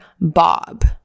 Bob